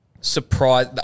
surprise